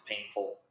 painful